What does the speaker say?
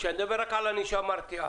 כשאני אדבר רק על ענישה מרתיעה